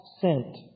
cent